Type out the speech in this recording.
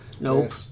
Nope